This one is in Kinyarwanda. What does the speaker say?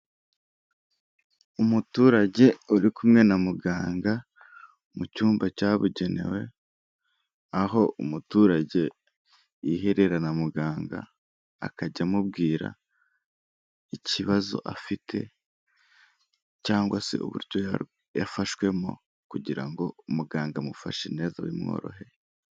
Umuturage uri kumwe na muganga mu cyumba cyabugenewe, aho umuturage yihererana muganga akajya amubwira ikibazo afite cyangwa se uburyo yafashwemo kugira ngo umuganga amufashe neza bimworoheye.